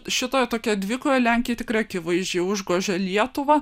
šitoje tokioje dvikovoje lenkija tikrai akivaizdžiai užgožė lietuvą